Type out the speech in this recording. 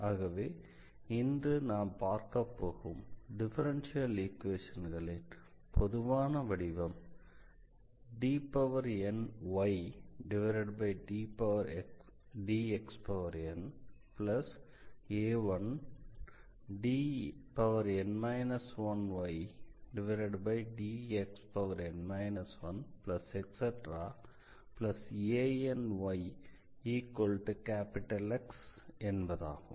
ஆகவே இன்று நாம் பார்க்கப் போகும் டிஃபரன்ஷியல் ஈக்வேஷன்களின் பொதுவான வடிவம் dnydxna1dn 1ydxn 1anyX என்பதாகும்